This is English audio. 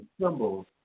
symbols